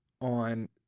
on